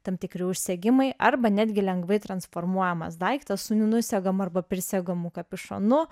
tam tikri užsegimai arba netgi lengvai transformuojamas daiktas su nusegamu arba prisegamu kapišonu